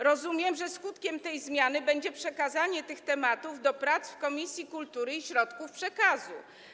Rozumiem, że skutkiem tej zmiany będzie przekazanie tych tematów do prac w Komisji Kultury i Środków Przekazu.